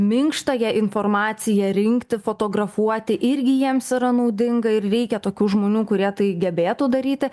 minkštąją informaciją rinkti fotografuoti irgi jiems yra naudinga ir reikia tokių žmonių kurie tai gebėtų daryti